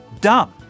dumb